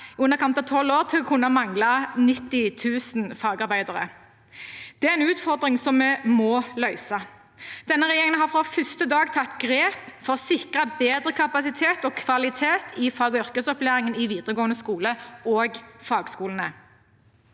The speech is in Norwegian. etter dagens prognoser til å kunne mangle 90 000 fagarbeidere. Det er en utfordring som vi må løse. Denne regjeringen har fra første dag tatt grep for å sikre bedre kapasitet og kvalitet i fag- og yrkesopplæringen i videregående skole og fagskolene.